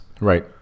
Right